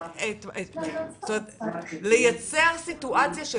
לייצר סיטואציה,